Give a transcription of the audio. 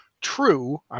true